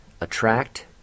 Attract